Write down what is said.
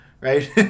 Right